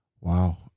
Wow